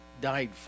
died